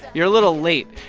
you're a little late.